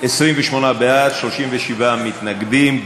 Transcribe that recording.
28 בעד, 37 מתנגדים.